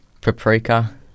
paprika